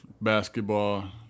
basketball